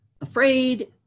afraid